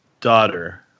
daughter